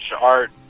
art